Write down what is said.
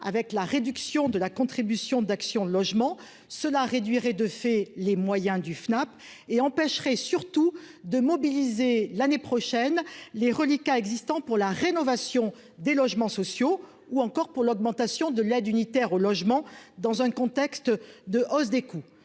avec la réduction de la contribution d'Action Logement, cela réduirait de fait les moyens du FNAP et empêcherait surtout de mobiliser et l'année prochaine les reliquats existants pour la rénovation des logements sociaux ou encore pour l'augmentation de l'aide unitaire au logement dans un contexte de hausse des coûts